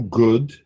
good